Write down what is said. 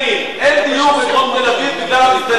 אין דיור בדרום תל-אביב בגלל המסתננים,